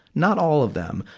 not all of them,